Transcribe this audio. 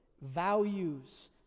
values